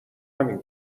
همین